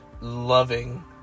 loving